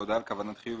בהודעה על כוונת חיוב